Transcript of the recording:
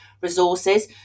resources